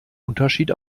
unterschied